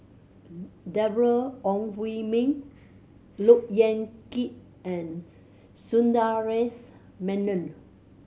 Deborah Ong Hui Min Look Yan Kit and Sundaresh Menon